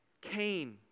Cain